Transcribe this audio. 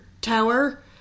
tower